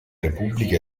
repubblica